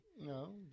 No